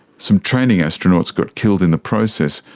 some training astronauts got killed in the process,